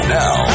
now